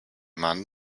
mann